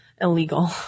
illegal